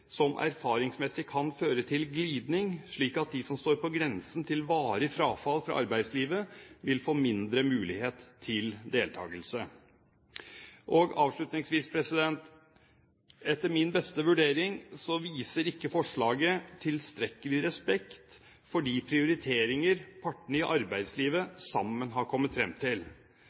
som erfaringsmessig kan føre til glidning, slik at de som står på grensen til varig frafall fra arbeidslivet, vil få mindre mulighet til deltakelse. Avslutningsvis: Etter min beste vurdering viser ikke forslaget tilstrekkelig respekt for de prioriteringer partene i arbeidslivet sammen har kommet fram til.